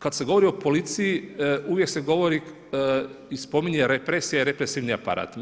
Kad se govori o policiji uvijek se govori i spominje represija i represivni aparat.